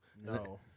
No